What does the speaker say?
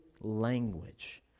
language